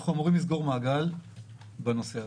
אנחנו אמורים לסגור מעגל בנושא הזה.